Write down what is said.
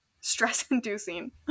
stress-inducing